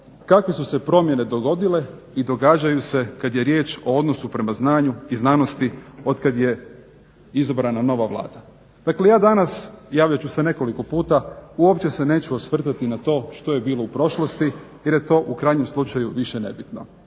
kakve su se promjene dogodile i događaju se kada je riječ o odnosu prema znanju i znanosti od kad je izabrana nova Vlada. Dakle, ja danas javljat ću se nekoliko puta uopće se neću osvrtati na to što je bilo u prošlosti jer je to u krajnjem slučaju više nebitno.